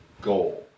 goal